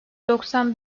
doksan